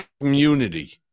community